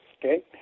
okay